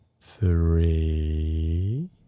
three